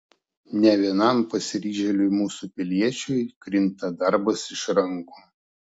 ne vienam pasiryžėliui mūsų piliečiui krinta darbas iš rankų